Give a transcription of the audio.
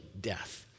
death